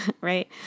right